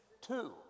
Two